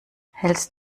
hältst